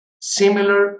similar